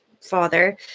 father